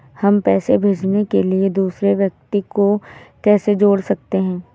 हम पैसे भेजने के लिए दूसरे व्यक्ति को कैसे जोड़ सकते हैं?